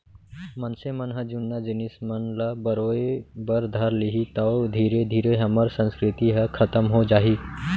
मनसे मन ह जुन्ना जिनिस मन ल बरोय बर धर लिही तौ धीरे धीरे हमर संस्कृति ह खतम हो जाही